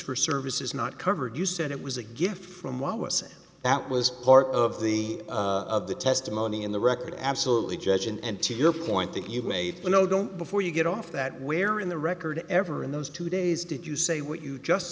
for services not covered you said it was a gift from what was said that was part of the of the testimony in the record absolutely judge and to your point that you've made you know don't before you get off that where in the record ever in those two days did you say what you just